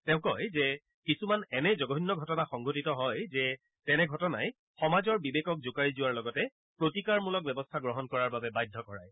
তেওঁ কয় যে কিছুমান এনে জঘন্য ঘটনা সংঘটিত হয় যে তেনে ঘটনাই সমাজৰ বিবেকক জোকাৰি যোৱাৰ লগতে প্ৰতিকাৰমূলক ব্যৱস্থা গ্ৰহণ কৰাৰ বাবে বাধ্য কৰায়